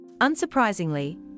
Unsurprisingly